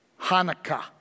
Hanukkah